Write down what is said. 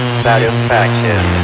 satisfaction